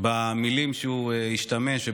המילים שהוא השתמש בהן,